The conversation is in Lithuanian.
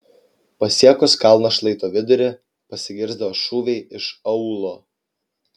pasiekus kalno šlaito vidurį pasigirdo šūviai iš aūlo